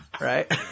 right